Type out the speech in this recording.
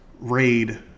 raid